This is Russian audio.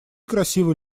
красиво